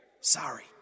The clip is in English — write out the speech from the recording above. Sorry